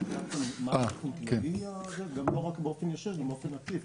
לא רק באופן ישיר, גם באופן עקיף.